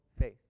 faith